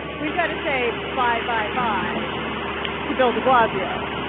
we've got to say bye bye bye to bill de blasio